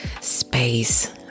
space